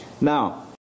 Now